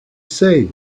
say